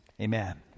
Amen